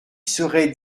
serait